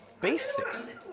Basics